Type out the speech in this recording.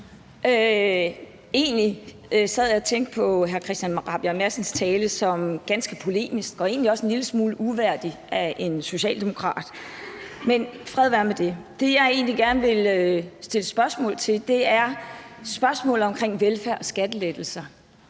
Egentlig sad jeg og tænkte på hr. Christian Rabjerg Madsens tale som ganske polemisk og egentlig også som en lille smule uværdig af en socialdemokrat, men fred være med det. Det, jeg egentlig gerne vil stille spørgsmål til, vedrører velfærd og skattelettelser.